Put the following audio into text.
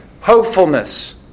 hopefulness